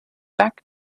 back